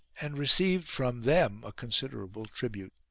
and received from them a considerable tribute.